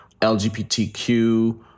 LGBTQ